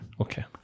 Okay